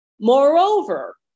Moreover